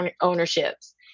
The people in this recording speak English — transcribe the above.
ownerships